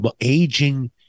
Aging